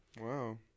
Wow